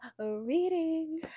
reading